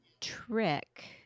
trick